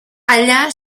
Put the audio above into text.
allà